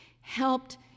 helped